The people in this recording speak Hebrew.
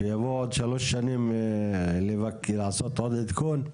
שיבואו עוד שלוש שנים לעשות עוד עדכון?